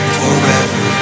forever